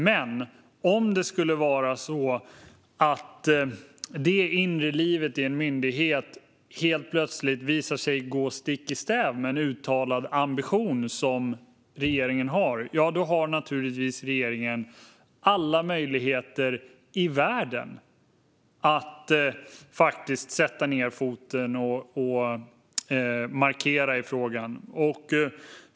Men om det skulle vara så att det inre livet i en myndighet helt plötsligt visar sig gå stick i stäv med en uttalad ambition från regeringen har naturligtvis regeringen alla möjligheter i världen att sätta ned foten och markera i frågan.